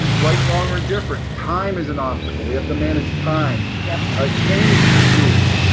and right, wrong, or indifferent. time is an obstacle. we have to manage time. yeah ah change fatigue.